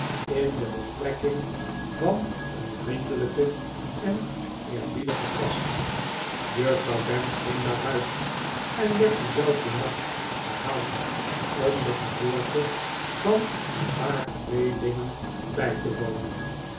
in de betrekking van een vriendelijken en eerbiedigen gast juffrouw gamp ging naar huis en werd dienzelfden nacht gehaald om de gebooite van een paar tweelingen bij te wonen